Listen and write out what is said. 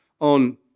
on